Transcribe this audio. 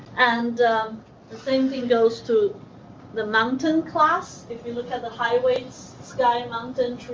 and the same thing goes to the mountain class. if you look at the high weights sky, mountain,